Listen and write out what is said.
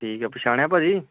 ਠੀਕ ਹੈ ਪਛਾਣਿਆ ਭਾਅ ਜੀ